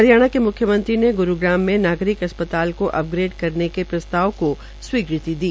हरियाणा में म्ख्यमंत्री ने गुरूग्राम में नागरिक अस्तपताल को अपग्रेड करने के प्रस्ताव को स्वीकृति दी